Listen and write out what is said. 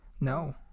No